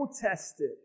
protested